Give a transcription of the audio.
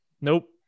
Nope